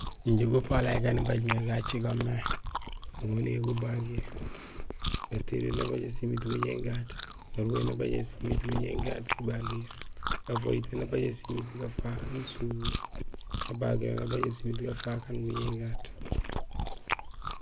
Injé gupalay gan ibaaj mé gacigaam mé goniyee gubagiir. Atiyoree nabajé simiit guñéén gaat, arubahéén nabajé simiit guñéén gaat sibagiir, afojitéén nabajé simiit gafaak aan surubo, abaligéén nabajé simiit gafaak aan guñéén gaat.